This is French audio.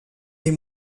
des